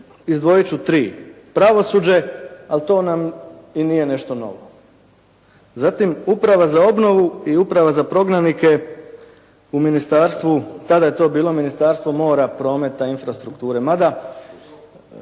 izdvojit ću 3: pravosuđe, ali to nam i nije nešto novo. Zatim uprava za obnovu i uprava za prognanike u Ministarstvu, tada je to bilo Ministarstvo mora, prometa i infrastrukture. Mada